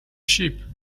sheep